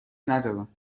ندارم